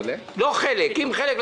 לא חלק אם חלק,